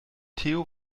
theo